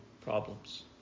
problems